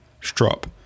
strop